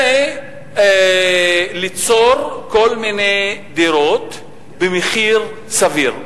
זה ליצור כל מיני דירות במחיר סביר.